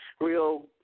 real